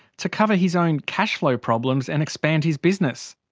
to cover his own cash flow problems and expand his business?